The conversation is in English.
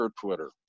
Twitter